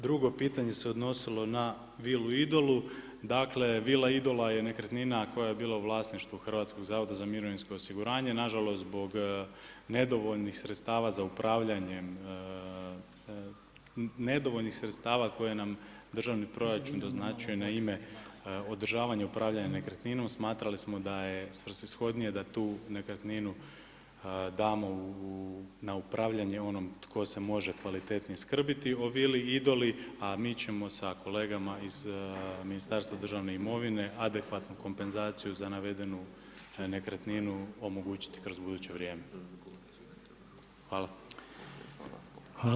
Drugo pitanje se odnosilo na vilu Idolu, dakle, vila Idola je nekretnina koja je bila u vlasništvu HZMO-a, nažalost, zbog nedovoljnih sredstava za upravljanjem, nedovoljnih sredstava, koji nam državni proračun doznačuje na ime održavanja, upravljanja nekretninom, smatrali smo da je svrsishodnije, da tu nekretninu damo na upravljanje onom tko se može kvalitetnije skrbiti o vili Idoli, a mi ćemo sa kolegama iz Ministarstva državne imovine adekvatnu kompenzaciju, za navedenu nekretninu omogućiti kroz buduće vrijeme.